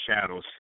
shadows